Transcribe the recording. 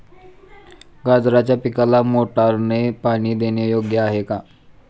गाजराच्या पिकाला मोटारने पाणी देणे योग्य आहे का?